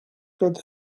good